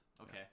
Okay